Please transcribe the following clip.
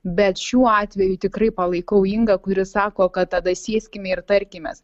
bet šiuo atveju tikrai palaikau ingą kuri sako kad tada sėskime ir tarkimės